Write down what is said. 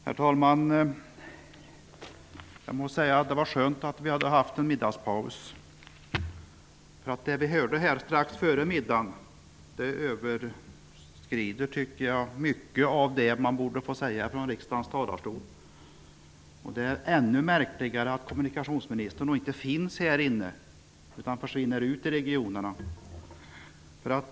Herr talman! Jag måste säga att det var skönt att vi hade middagspaus. Det vi fick höra här före middagen tycker jag överskrider vad man borde få säga från riksdagens talarstol. Det är märkligt att kommunikationsministern inte finns här inne nu, utan har försvunnit ut i regionerna.